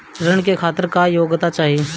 ऋण के खातिर क्या योग्यता चाहीं?